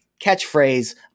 catchphrase